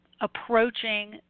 approaching